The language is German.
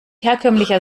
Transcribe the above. herkömmlicher